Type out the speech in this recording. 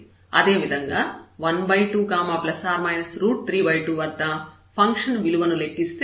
అదేవిధంగా 12±32 వద్ద ఫంక్షన్ విలువను లెక్కిస్తే అది 32 అవుతుంది